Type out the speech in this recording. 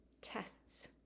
tests